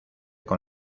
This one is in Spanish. con